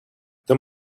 that